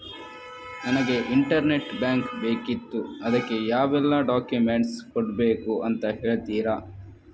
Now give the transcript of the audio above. ನನಗೆ internet bank ಬೇಕಿತ್ತು ಅದಕ್ಕೆ ಯಾವೆಲ್ಲಾ ಡಾಕ್ಯುಮೆಂಟ್ಸ್ ಕೊಡ್ಬೇಕು ಅಂತ ಹೇಳ್ತಿರಾ?